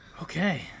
Okay